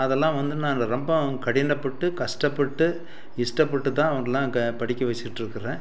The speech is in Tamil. அதெல்லாம் வந்து நான் இந்த ரொம்பவும் கடினப்பட்டு கஷ்டப்பட்டு இஷ்டப்பட்டு தான் அவங்களாம் க படிக்க வைச்சுக்கிட்டு இருக்கிறேன்